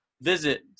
visit